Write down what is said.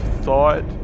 thought